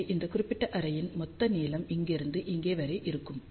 எனவே இந்த குறிப்பிட்ட அரேயின் மொத்த நீளம் இங்கிருந்து இங்கே வரை இருக்கும்